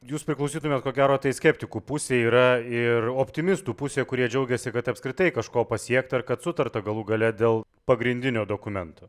jūs priklausytumėt ko gero tai skeptikų pusei yra ir optimistų pusė kurie džiaugiasi kad apskritai kažko pasiekta ir kad sutarta galų gale dėl pagrindinio dokumento